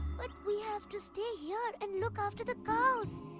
but we have to stay here and look after the cows.